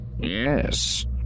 Yes